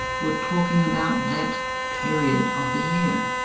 we're talking about that period of the year.